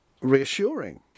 reassuring